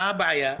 מה הבעיה?